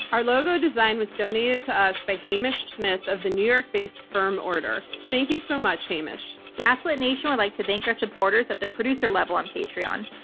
our logo design was donated to us by hamish smyth of the new york-based firm, order. thank you so much, hamish. gaslit nation would like to thank our supporters at the producer level on patreon.